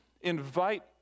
invite